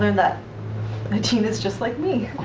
that adina's just like me.